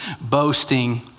boasting